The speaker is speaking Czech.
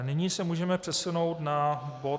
Nyní se můžeme přesunout na bod...